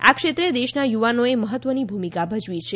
આ ક્ષેત્રે દેશના યુવાનોએ મહત્વની ભૂમિકા ભજવી છે